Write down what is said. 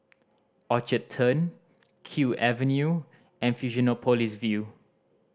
Orchard Turn Kew Avenue and Fusionopolis View